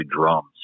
drums